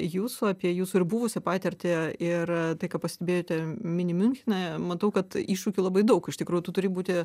jūsų apie jūsų ir buvusią patirtį ir tai ką pastebėjote mini miunchene matau kad iššūkių labai daug iš tikrųjų tu turi būti